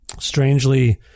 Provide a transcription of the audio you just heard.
strangely